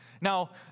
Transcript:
Now